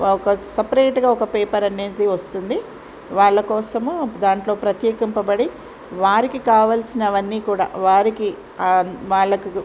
ఒక సపరేట్గా ఒక పేపర్ అనేది వస్తుంది వాళ్ళ కోసము దాంట్లో ప్రత్యేకింపబడి వారికి కావాల్సినవన్నీ కూడా వారికి వాళ్ళకు